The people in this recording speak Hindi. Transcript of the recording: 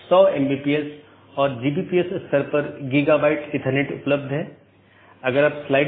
OSPF और RIP का उपयोग AS के माध्यम से सूचना ले जाने के लिए किया जाता है अन्यथा पैकेट को कैसे अग्रेषित किया जाएगा